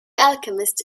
alchemist